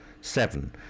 Seven